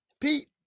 Pete